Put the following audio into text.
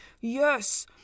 yes